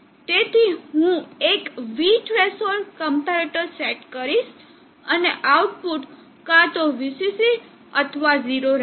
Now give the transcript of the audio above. તેથી હું એક V થ્રેશોલ્ડ કમ્પેરેટર સેટ કરીશ અને આઉટપુટ કા તો VCC અથવા 0 હશે